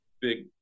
big